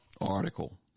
article